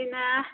ꯁꯤꯅ